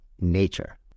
nature